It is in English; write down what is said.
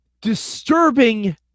disturbing